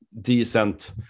decent